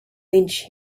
lynch